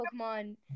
Pokemon